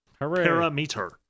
Parameter